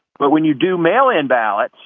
but when you do mail in ballots,